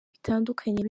bitandukanye